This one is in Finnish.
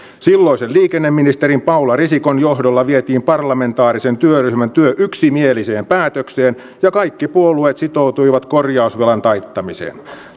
silloisen liikenneministerin paula risikon johdolla vietiin parlamentaarisen työryhmän työ yksimieliseen päätökseen ja kaikki puolueet sitoutuivat korjausvelan taittamiseen